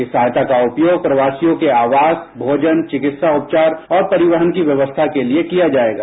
इस सहायता का उपयोग प्रवासियों के आवास भोजन चिकित्सा उपचार और परिवहन की व्यवस्था के लिए किया जाएगा